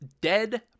dead